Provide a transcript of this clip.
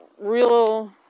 real